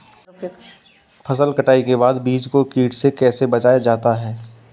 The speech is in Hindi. फसल कटाई के बाद बीज को कीट से कैसे बचाया जाता है?